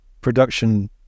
production